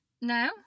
No